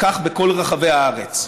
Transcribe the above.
וכך בכל רחבי הארץ.